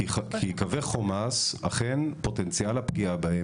כי אלה קווים שאכן פוטנציאל הפגיעה בהם